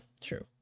true